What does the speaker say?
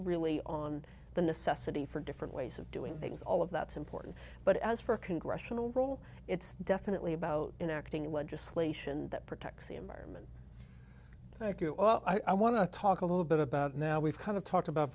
really on the necessity for different ways of doing things all of that's important but as for congressional role it's definitely about enacting legislation that protects the environment thank you all i want to talk a little bit about now we've kind of talked about